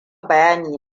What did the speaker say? bayani